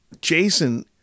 Jason